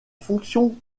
fonction